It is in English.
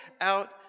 out